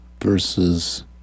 versus